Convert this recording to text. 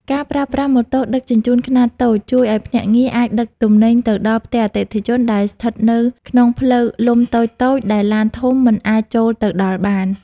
ការប្រើប្រាស់ "ម៉ូតូដឹកជញ្ជូនខ្នាតតូច" ជួយឱ្យភ្នាក់ងារអាចដឹកទំនិញទៅដល់ផ្ទះអតិថិជនដែលស្ថិតនៅក្នុងផ្លូវលំតូចៗ ដែលឡានធំមិនអាចចូលទៅដល់បាន។